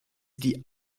die